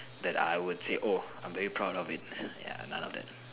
that I would say oh I'm very proud of it ya none of that